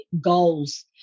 goals